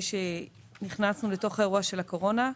שנכנסנו את תוך אירוע הקורונה,